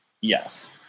Yes